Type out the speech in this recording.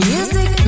Music